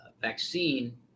vaccine